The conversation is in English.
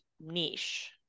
niche